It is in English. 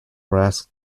brass